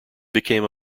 became